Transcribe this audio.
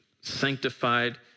sanctified